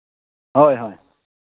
ᱦᱳᱭ ᱦᱳᱭ